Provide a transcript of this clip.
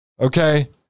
okay